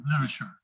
literature